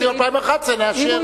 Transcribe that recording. את תקציב 2011 נאשר.